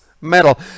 metal